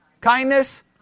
kindness